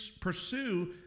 pursue